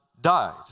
died